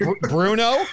Bruno